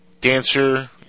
dancer